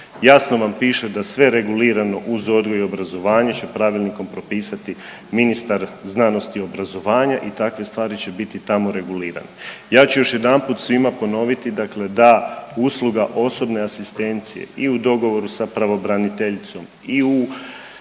Jasno vam piše da sve regulirano uz odgoj i obrazovanje će pravilnikom propisati ministar znanosti i obrazovanja i takve stvari će biti tamo regulirane. Ja ću još jedanput svima ponoviti, dakle da usluga osobne asistencije i u dogovoru sa pravobraniteljicom i u